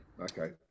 Okay